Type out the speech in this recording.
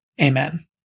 Amen